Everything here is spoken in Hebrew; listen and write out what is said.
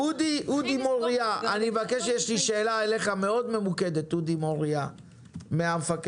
אני רוצה להבין, לפי נתונים, מה נעשה